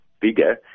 bigger